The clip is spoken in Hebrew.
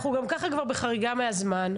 אנחנו גם ככה בחריגה מהזמן,